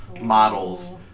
models